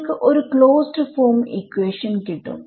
നിങ്ങൾക്ക് ഒരു closed form ഇക്വേഷൻകിട്ടും